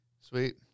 Sweet